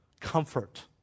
comfort